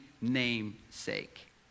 namesake